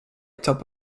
top